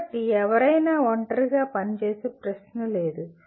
కాబట్టి ఎవరైనా ఒంటరిగా పనిచేసే ప్రశ్న లేదు